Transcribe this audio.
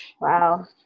Wow